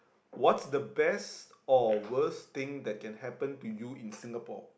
what's the best or worst thing that can happen to you in Singapore